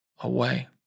away